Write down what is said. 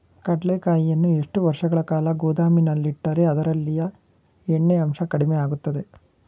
ಕಡ್ಲೆಕಾಯಿಯನ್ನು ಎಷ್ಟು ವರ್ಷಗಳ ಕಾಲ ಗೋದಾಮಿನಲ್ಲಿಟ್ಟರೆ ಅದರಲ್ಲಿಯ ಎಣ್ಣೆ ಅಂಶ ಕಡಿಮೆ ಆಗುತ್ತದೆ?